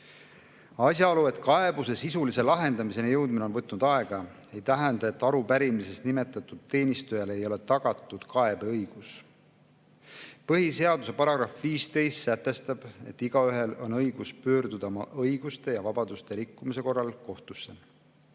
Asjaolu, et kaebuse sisulise lahendamiseni jõudmine on võtnud aega, ei tähenda, et arupärimises nimetatud teenistujale ei ole tagatud kaebeõigus. Põhiseaduse § 15 sätestab, et igaühel on õigus pöörduda oma õiguste ja vabaduste rikkumise korral kohtusse.